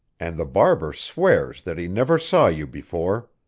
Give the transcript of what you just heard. and the barber swears that he never saw you before!